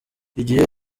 igihe